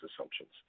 assumptions